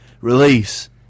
release